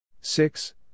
six